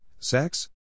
Sex